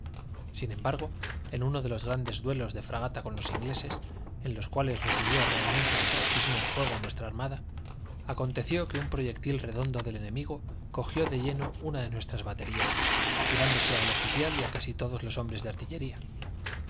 sin embargo en uno de los grandes duelos de fragata con los ingleses en los cuales recibió realmente el bautismo de fuego nuestra armada aconteció que un proyectil redondo del enemigo cogió de lleno una de nuestras baterías llevándose al oficial y a casi todos los hombres de artillería